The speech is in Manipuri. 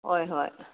ꯍꯣꯏ ꯍꯣꯏ